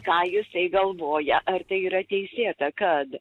ką jisai galvoja ar tai yra teisėta kad